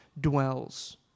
dwells